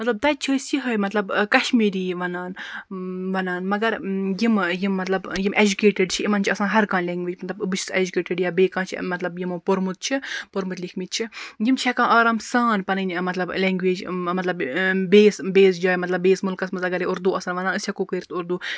مَطلَب تَتہِ چھِ أسۍ یِہے مَطلَب کَشمیٖرِیی وَنان وَنان مَگر یِم یِمہ مَطلَب یِم ایٚجُکیٹِڈ چھِ یِمَن چھِ آسان ہَر کانٛہہ لینٛگویج مَطلَب بہٕ چھس ایٚجُکیٹِڈ یا بیٚیہِ کانٛہہ چھُ مَطلَب یِمو مَنٛز پوٚرمُت چھُ پوٚرمُت لیٚکھمٕتۍ چھِ یِم چھِ ہیٚکان آرام سان پَنٕنۍ مَطلَب لینٛگویج مَطلَب بیٚیِس بیٚیِس جایہِ مَطلَب بیٚیِس مُلکَس مَنٛز اَگَرے اردو آسَن وَنان أسۍ ہیٚکو کٔرِتھ اردو